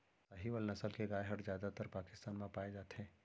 साहीवाल नसल के गाय हर जादातर पाकिस्तान म पाए जाथे